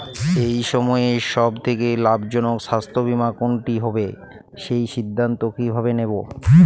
এই সময়ের সব থেকে লাভজনক স্বাস্থ্য বীমা কোনটি হবে সেই সিদ্ধান্ত কীভাবে নেব?